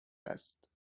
است